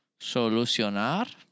Solucionar